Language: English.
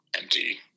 empty